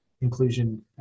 inclusion